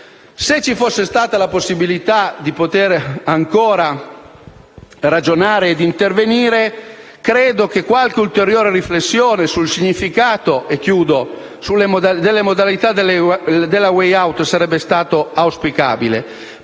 Se ci fosse stata la possibilità di poter ancora ragionare e intervenire, credo che qualche ulteriore riflessione sul significato e sulle modalità della *way out* sarebbe stata auspicabile